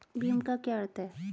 भीम का क्या अर्थ है?